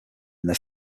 their